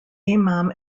imam